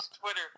Twitter